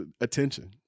attention